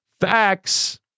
Facts